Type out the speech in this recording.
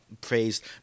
praised